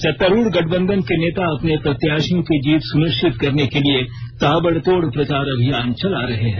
सत्तारूढ़ गठबंधन के नेता अपने प्रत्याशियों की जीत सुनिश्चित करने के लिए ताबड़तोड प्रचार अभियान चला रहे हैं